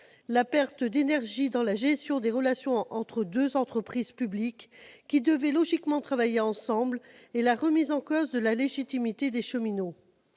perte d'énergie dans la gestion des relations entre deux entreprises publiques, qui devaient logiquement travailler ensemble, et remise en cause de la légitimité des cheminots.